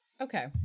Okay